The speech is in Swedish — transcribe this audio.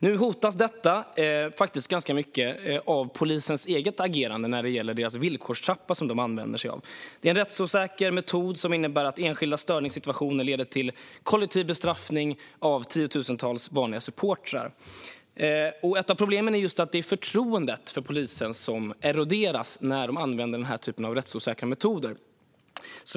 Nu hotas detta faktiskt ganska mycket av polisens eget agerande när det gäller den villkorstrappa som de använder sig av. Det är en rättsosäker metod som innebär att enskilda störningssituationer leder till kollektiv bestraffning av tiotusentals vanliga supportrar. Ett av problemen är att det är förtroendet för polisen som eroderas när de använder denna typ av rättsosäkra metoder.